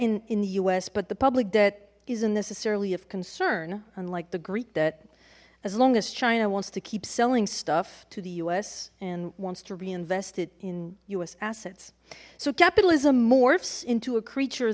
in in the us but the public debt isn't necessarily of concern unlike the greek debt as long as china wants to keep selling stuff to the us and wants to reinvest it in us assets so capitalism morphs into a creature